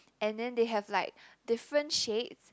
and then they have like different shades